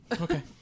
okay